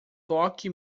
toque